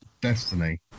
Destiny